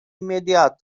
imediat